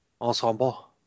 Ensemble